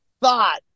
thought